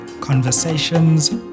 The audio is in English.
conversations